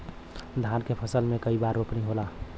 धान के फसल मे कई बार रोपनी होला?